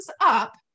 up